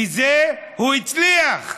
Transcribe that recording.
בזה הוא הצליח.